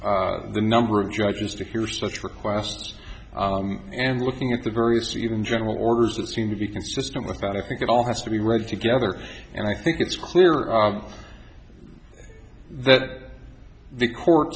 the number of judges to hear such requests and looking at the various even general orders that seem to be consistent with that i think it all has to be read together and i think it's clear that the court